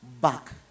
back